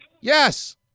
Yes